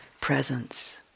presence